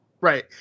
Right